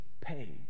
pay